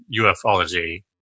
ufology